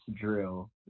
drill